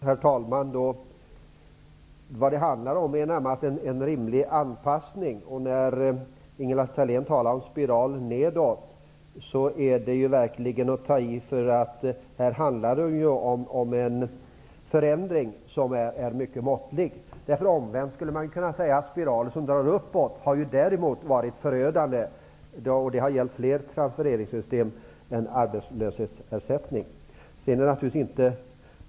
Herr talman! Vad det handlar om är ingenting annat än en rimlig anpassning. När Ingela Thalén talar om en spiral nedåt så är det verkligen att ta i, därför att det handlar om en förändring som är mycket måttlig. Omvänt kan man säga att den spiral som drar uppåt däremot har varit förödande. Det har gällt fler transfereringssystem än arbetslöshetsersättningen.